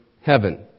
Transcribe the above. heaven